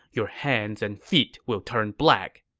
your hands and feet will turn black,